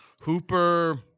Hooper